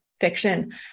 fiction